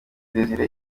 desire